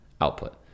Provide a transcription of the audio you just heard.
output